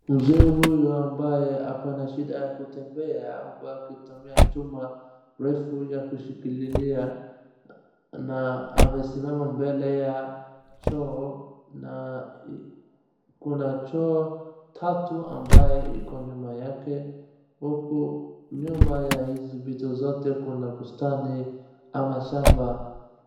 Mzee huyu ambaye ako na shida ya kutembea huku akitumia chuma refu ya kushikilia na amesimama mbele ya choo na kuna choo tatu ambaye iko nyuma yake, huku nyuma ya hizi vitu zote kuna bustani ama shamba.